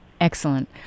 Excellent